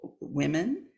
women